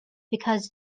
because